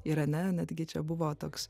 irane netgi čia buvo toks